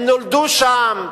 הם נולדו שם,